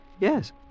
Yes